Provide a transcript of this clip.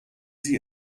sie